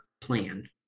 plan